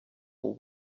will